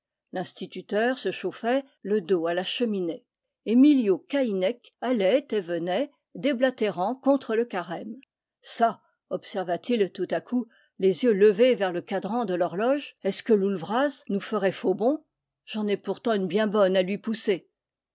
l'instituteur se chauffait le dos à la cheminée et miliau caïnec allait et venait déblatérant contre le carême çà observa t il tout à coup les yeux levés vers le cadran de l'horloge est-ce que loull vraz nous ferait faux bond j'en ai pourtant une bien bonne à lui pousser